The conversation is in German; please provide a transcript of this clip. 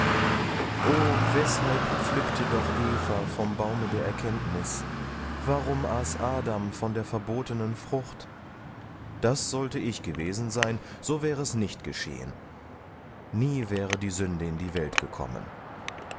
weshalb pflückte doch eva vom baume der erkenntnis warum aß adam von der verbotenen frucht das sollte ich gewesen sein so wäre es nicht geschehen nie wäre die sünde in die welt gekommen